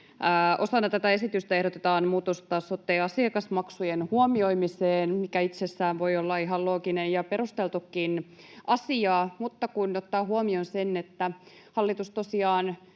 osana tätä esitystä ehdotetaan muutosta sote-asiakasmaksujen huomioimiseen, mikä itsessään voi olla ihan looginen ja perusteltukin asia. Mutta kun ottaa huomioon sen, että hallitus tosiaan